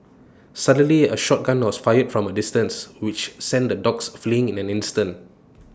suddenly A shot gun was fired from A distance which sent the dogs fleeing in an instant